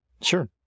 Sure